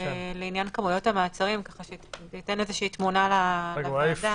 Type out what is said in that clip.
לעניין כמויות המעצרים, כך שזה ייתן תמונה לוועדה.